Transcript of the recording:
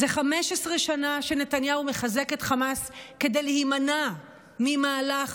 זה 15 שנה שנתניהו מחזק את חמאס כדי להימנע ממהלך